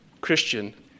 Christian